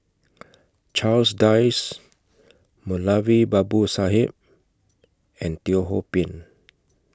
Charles Dyce Moulavi Babu Sahib and Teo Ho Pin